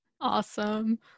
Awesome